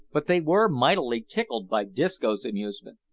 but they were mightily tickled by disco's amusement,